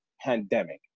pandemic